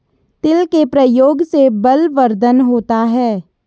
तिल के प्रयोग से बलवर्धन होता है